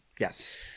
Yes